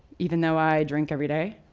even though i drink everyday.